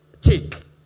Take